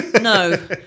no